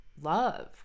love